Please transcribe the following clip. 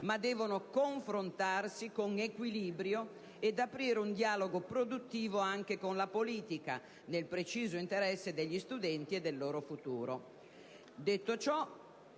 ma devono confrontarsi con equilibrio ed aprire un dialogo produttivo anche con la politica, nel preciso interesse degli studenti e del loro futuro.